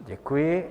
Děkuji.